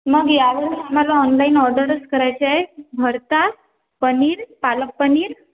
मग यावेळेस मला ऑनलाईन ऑर्डरच करायची आहे भरता पनीर पालक पनीर